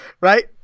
Right